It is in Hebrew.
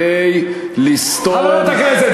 כדי לסתום, חוק מצוין, חשוב, טוב?